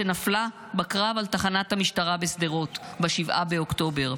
שנפלה בקרב על תחנת המשטרה בשדרות ב-7 באוקטובר.